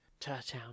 Turtown